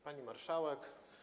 Pani Marszałek!